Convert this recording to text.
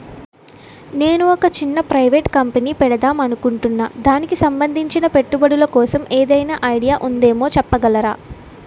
నేను ఒక చిన్న ప్రైవేట్ కంపెనీ పెడదాం అనుకుంటున్నా దానికి సంబందించిన పెట్టుబడులు కోసం ఏదైనా ఐడియా ఉందేమో చెప్పగలరా?